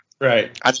Right